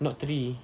not three